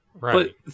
Right